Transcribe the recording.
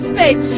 faith